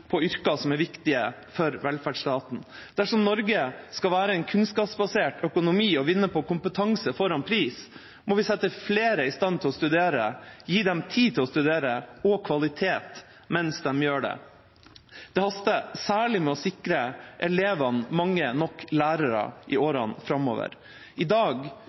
på yrker som er viktige for velferdsstaten. Dersom Norge skal være en kunnskapsbasert økonomi og vinne på kompetanse foran pris, må vi sette flere i stand til å studere, gi dem tid til å studere og kvalitet mens de gjør det. Det haster særlig med å sikre elevene mange nok lærere i årene framover. I dag